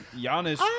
Giannis